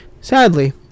sadly